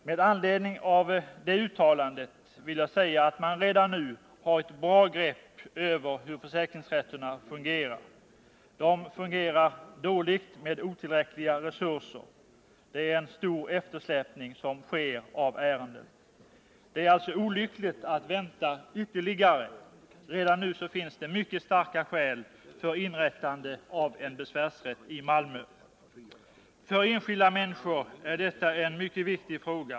Med anledning av det uttalandet vill jag säga att man redan nu har ett bra grepp över hur försäkringsrätterna fungerar. De fungerar dåligt med otillräckliga resurser. Det sker en stor eftersläpning av ärenden. Det är alltså olyckligt att vänta ytterligare. Redan i dag finns det mycket starka skäl för inrättande av en besvärsrätt i Malmö. För enskilda människor är detta en mycket viktig fråga.